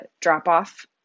drop-off